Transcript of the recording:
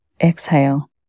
Exhale